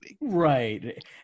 Right